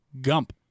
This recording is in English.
Gump